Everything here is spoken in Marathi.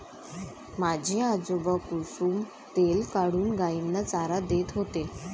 माझे आजोबा कुसुम तेल काढून गायींना चारा देत होते